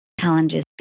challenges